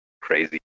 crazy